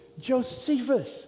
Josephus